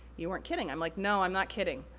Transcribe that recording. you weren't kidding. i'm like, no, i'm not kidding.